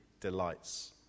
delights